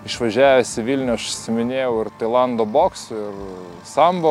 išvažiavęs į vilnių aš užsiiminėjau ir tailando boksu ir sambo